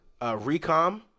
recom